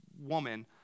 woman